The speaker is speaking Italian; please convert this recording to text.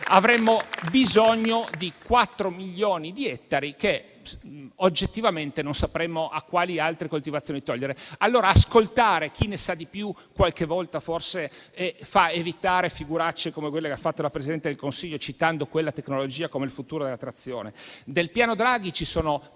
avremmo bisogno di 4 milioni di ettari, che oggettivamente non sapremmo a quali altre coltivazioni togliere. Pertanto, ascoltare chi ne sa di più, qualche volta forse fa evitare figuracce come quella che ha fatto la Presidente del Consiglio, citando quella tecnologia come il futuro della trazione.